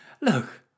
look